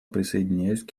присоединяюсь